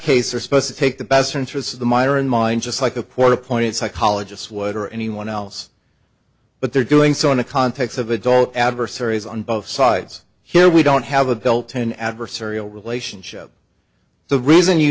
case are supposed to take the best interests of the mire in mind just like a port of point psychologists would or anyone else but they're doing so in the context of adult adversaries on both sides here we don't have a built in adversarial relationship the reason you